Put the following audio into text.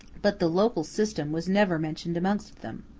but the local system was never mentioned amongst them.